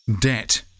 Debt